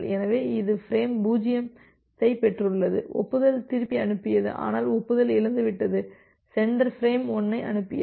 எனவே இது ஃபிரேம் 0ஐப் பெற்றுள்ளது ஒப்புதலை திருப்பி அனுப்பியது ஆனால் ஒப்புதல் இழந்துவிட்டது சென்டர் ஃபிரேம் 1ஐ அனுப்பியது